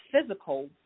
physical